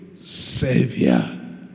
Savior